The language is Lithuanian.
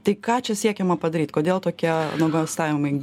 tai ką čia siekiama padaryt kodėl tokie nuogąstavimai